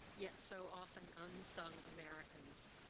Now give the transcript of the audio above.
yet so often unsung americans.